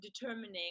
determining